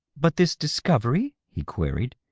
but this discovery he queried.